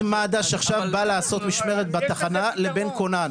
מד"א שעכשיו בא לעשות משמרת בתחנה לבין כונן.